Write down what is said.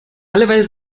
alleweil